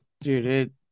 Dude